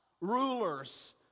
rulers